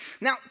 Now